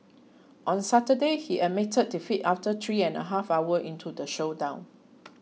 on Saturday he admitted defeat after three and a half hour into the showdown